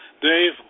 Dave